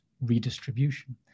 redistribution